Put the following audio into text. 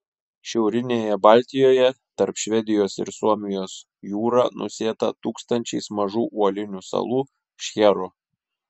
šiaurinėje baltijoje tarp švedijos ir suomijos jūra nusėta tūkstančiais mažų uolinių salų šcherų